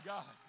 God